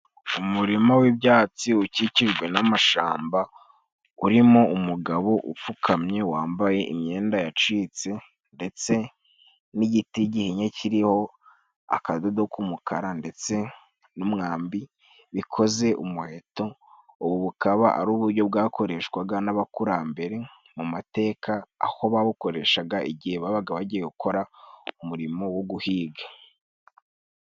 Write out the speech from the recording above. Umurima w'ibyatsi ukikijwe n'amashamba urimo umugabo upfukamye wambaye imyenda yacitse, ndetse n'igiti gihinye kiriho akadodo k'umukara, ndetse n'umwambi bikoze umuheto. Ubu bukaba ari uburyo bwakoreshwaga n'abakurambere mu mateka, aho bawukoreshaga igihe babaga bagiye gukora umurimo wo guhiga.